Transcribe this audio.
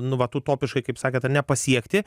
nu vat utopiškai kaip sakėt ane pasiekti